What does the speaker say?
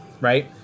right